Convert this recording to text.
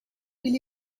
will